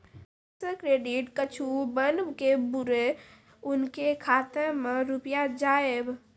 Bank से credit कद्दू बन के बुरे उनके खाता मे रुपिया जाएब?